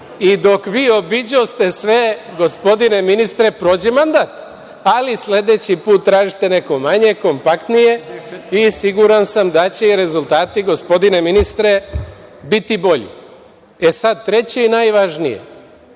i dok vi obiđoste sve, gospodine ministre, prođe mandat. Ali sledeći put tražite neko manje, kompaktnije, i siguran sam da će i rezultati, gospodine ministre, biti bolji.E sad, treće i najvažnije,